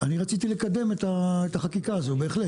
אני רציתי לקדם את החקיקה הזאת, בהחלט.